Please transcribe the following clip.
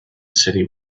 city